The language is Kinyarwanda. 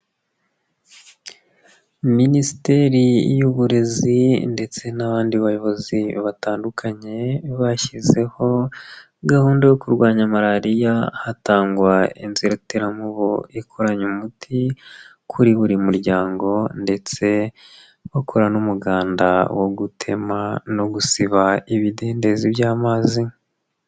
Minisiteri y'uburezi ndetse n'abandi bayobozi batandukanye, bashyizeho gahunda yo kurwanya Malariya, hatangwa inziteramubu ikoranye umuti kuri buri muryango ndetse bakora n'umuganda wo gutema no gusiba ibidendezi by'amazi.